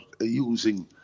using